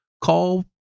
call